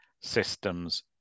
systems